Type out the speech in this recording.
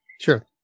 Sure